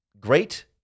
great